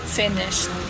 finished